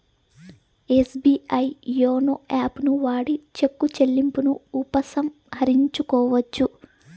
SBI YONO యాపుని వాడి cheque చెల్లింపును ఉపసంహరించుకోవచ్చు